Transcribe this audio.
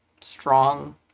strong